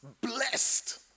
Blessed